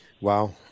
Wow